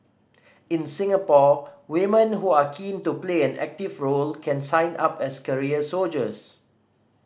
in Singapore women who are keen to play an active role can sign up as career soldiers